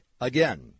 Again